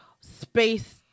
space